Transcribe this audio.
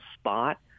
spot